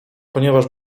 ponieważ